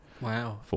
Wow